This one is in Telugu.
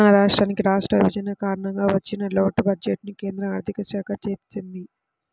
మన రాష్ట్రానికి రాష్ట్ర విభజన కారణంగా వచ్చిన లోటు బడ్జెట్టుని కేంద్ర ఆర్ధిక శాఖ తీర్చింది